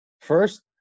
First